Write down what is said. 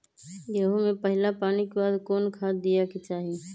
गेंहू में पहिला पानी के बाद कौन खाद दिया के चाही?